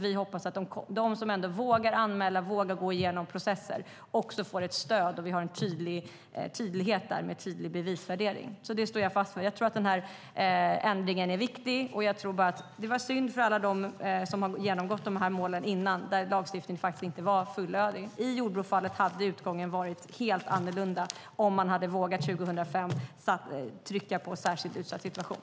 Vi hoppas att de som vågar anmäla och vågar gå igenom processer också får ett stöd och att vi har en tydlighet med en tydlig bevisvärdering. Det står jag fast vid. Jag tror att ändringen är viktig, och det var synd för alla dem som har genomgått målen tidigare, då lagstiftningen inte var fullödig, att den inte hade gjorts då. I Jordbrofallen hade utgången blivit helt annorlunda om man 2005 hade vågat trycka på detta med "särskilt utsatt situation".